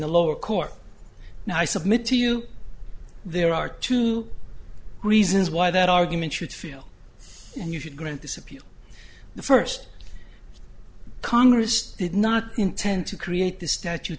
the lower court and i submit to you there are two reasons why that argument should feel and you should grant this appeal the first congress did not intend to create this statute